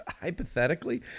Hypothetically